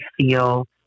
feel